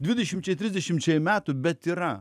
dvidešimčiai trisdešimčiai metų bet yra